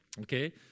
Okay